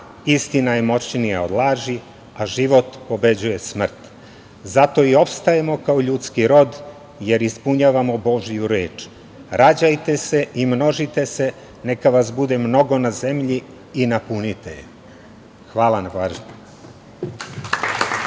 istina je moćnija od laži, a život pobeđuje smrt. Zato i opstajemo kao ljudski rod, jer ispunjavamo Božiju reč. Rađajte se i množite se, neka vas bude mnogo na zemlji i napunite je.“ Hvala na pažnji.